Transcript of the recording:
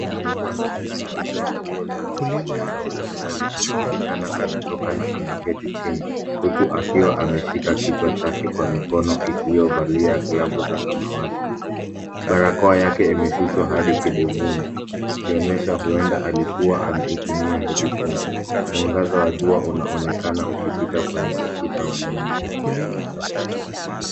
Mtu anaoneka amevaa nguo za wauguzi nao daktari anaoneka amechoka na ameketi chini huku akiwa ameshika kichwa chake kwa mikono iliyovalia glovu za samawati, barakoa yake imeshushwa hadi kidevuni, ikionyesha huenda alikuwa ameitumia hivi punde mwangaza wa jua unaoneka ukipita kwenye ukuta wa nyuma.